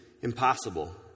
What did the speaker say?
impossible